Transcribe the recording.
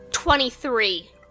Twenty-three